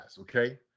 okay